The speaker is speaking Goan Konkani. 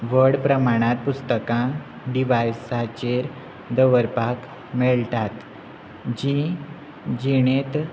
व्हड प्रमाणांत पुस्तकां डिवायसाचेर दवरपाक मेळटात जी जिणेंत